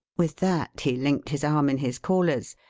with that he linked his arm in his caller's,